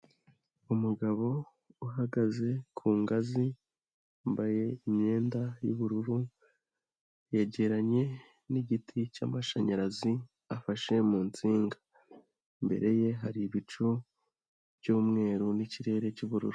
Umugabo uhagaze ku ngazi yambaye imyenda y'ubururu yegeranye n'igiti cy'amashanyarazi afashe mu nsinga, imbere ye hari ibicu by'umweru n'ikirere cy'ubururu.